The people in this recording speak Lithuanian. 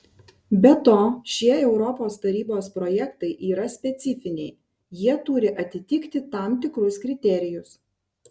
be to šie europos tarybos projektai yra specifiniai jie turi atitikti tam tikrus kriterijus